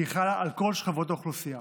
והיא חלה על כל שכבות האוכלוסייה.